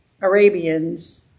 Arabians